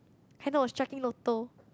hello striking lotto